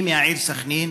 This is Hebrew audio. אני מהעיר סח'נין,